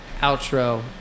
Outro